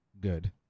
good